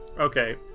Okay